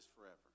forever